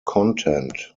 content